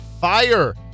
fire